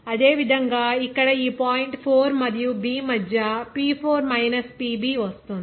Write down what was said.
అదేవిధంగా ఇక్కడ ఈ పాయింట్ 4 మరియు B మధ్య P 4 మైనస్ PB వస్తుంది